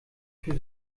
für